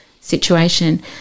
situation